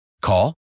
Call